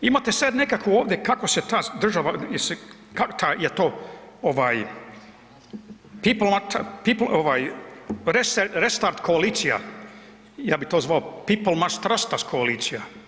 Imate sad nekakvu ovdje, kako se ta država, kak ta je to ovaj, ... Restart koalicija, ja bih to zvao „pipl mast trast as“ koalicija.